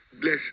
Bless